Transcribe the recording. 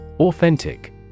Authentic